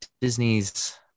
Disney's